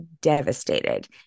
devastated